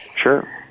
Sure